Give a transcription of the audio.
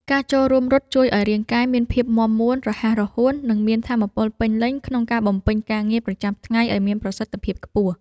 ការចូលរួមរត់ជួយឱ្យរាងកាយមានភាពមាំមួន រហ័សរហួន និងមានថាមពលពេញលេញក្នុងការបំពេញការងារប្រចាំថ្ងៃឱ្យមានប្រសិទ្ធភាពខ្ពស់។